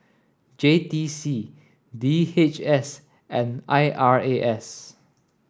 J T C D H S and I R A S